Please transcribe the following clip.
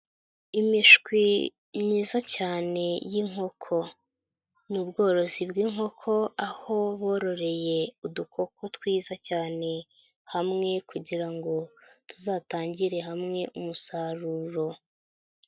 lmishwi myiza cyane y'inkoko ,ni ubworozi bw'inkoko aho bororeye udukoko twiza cyane hamwe, kugira ngo tuzatangire hamwe umusaruro.